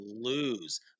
lose